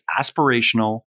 aspirational